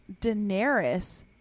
Daenerys